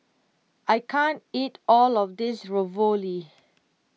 I can't eat all of this Ravioli